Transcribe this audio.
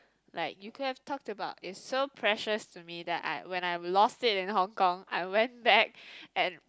like you could have talked about is so precious to me that I when I lost it in Hong-Kong I went back and